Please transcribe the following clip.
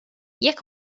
jekk